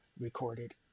recorded